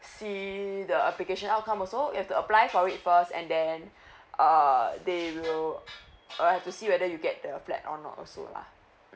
see the application outcome also you've to apply for it first and then err they will uh have to see whether you get the flat or not also lah